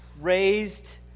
raised